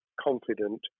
confident